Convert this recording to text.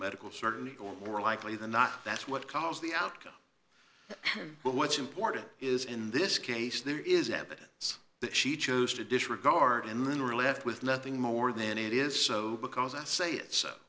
medical certainty going were likely than not that's what caused the outcome but what's important is in this case there is evidence that she chose to disregard and then we're left with nothing more then it is so because i say it